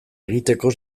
egiteko